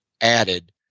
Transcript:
added